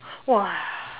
!wah!